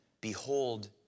behold